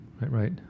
right